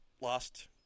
lost